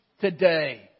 today